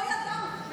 לא ידענו,